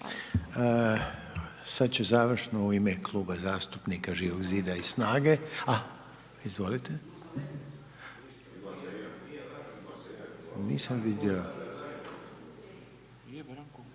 Sad će završnu u ime kluba zastupnika Živog zida i Snage. Ah, izvolite. Nisam vidio,